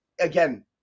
again